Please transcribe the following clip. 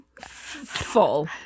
Full